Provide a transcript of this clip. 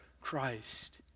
Christ